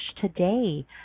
today